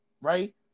Right